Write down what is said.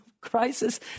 crisis